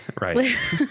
Right